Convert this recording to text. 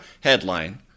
headline